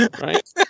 right